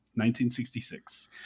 1966